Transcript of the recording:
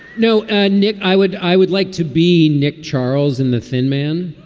no ah nick, i would. i would like to be nick charles in the thin man